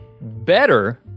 better